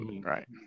right